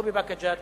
לא בבאקה ג'ת,